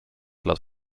lot